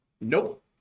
Nope